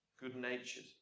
good-natured